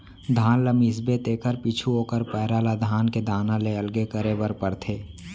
धान ल मिसबे तेकर पीछू ओकर पैरा ल धान के दाना ले अलगे करे बर परथे